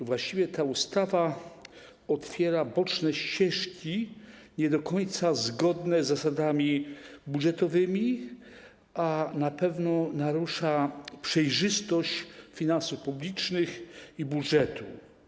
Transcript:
Właściwie ta ustawa otwiera boczne ścieżki nie do końca zgodne z zasadami budżetowymi, a na pewno narusza przejrzystość finansów publicznych i budżetu.